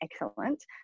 excellent